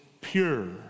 pure